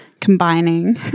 combining